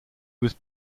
was